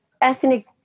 ethnic